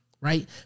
right